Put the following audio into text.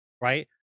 right